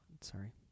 Sorry